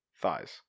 Thighs